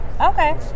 Okay